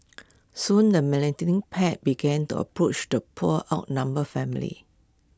soon the pack began to approach the poor outnumbered family